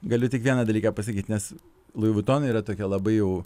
galiu tik vieną dalyką pasakyt nes lui vuton yra tokia labai jau